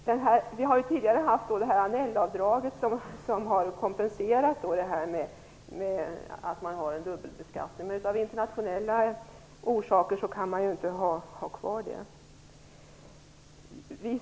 Det tidigare Anellavdraget har ju kompenserat för dubbelbeskattningen, men av internationella orsaker kan det inte finnas kvar.